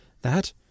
That